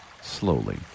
slowly